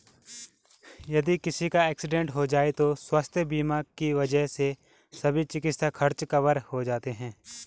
यदि किसी का एक्सीडेंट हो जाए तो स्वास्थ्य बीमा की वजह से सभी चिकित्सा खर्च कवर हो जाते हैं